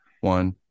One